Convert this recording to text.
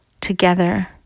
together